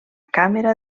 càmera